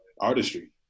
Artistry